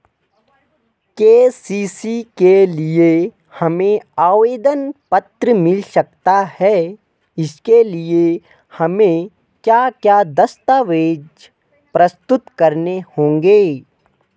KCC के लिए हमें आवेदन पत्र मिल सकता है इसके लिए हमें क्या क्या दस्तावेज़ प्रस्तुत करने होंगे?